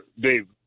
Dave